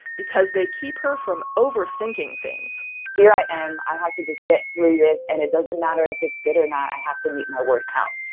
because they keep her from overthinking things here i am. i have to just get through this. and it doesn't matter if it's good or not. i have to meet my word count.